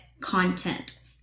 content